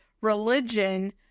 religion